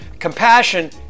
Compassion